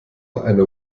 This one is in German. eine